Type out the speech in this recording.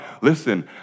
Listen